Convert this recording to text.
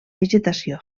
vegetació